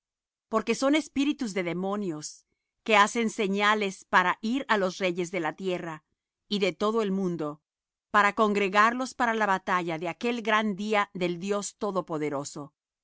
porque son espíritus de demonios que hacen señales para ir á los reyes de la tierra y de todo el mundo para congregarlos para la batalla de aquel gran día del dios todopoderoso